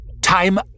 Time